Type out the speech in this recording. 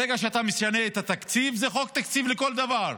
ברגע שאתה משנה את התקציב זה חוק תקציב לכל דבר.